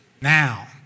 Now